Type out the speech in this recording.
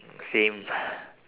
mm same